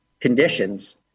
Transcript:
conditions